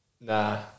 Nah